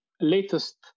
latest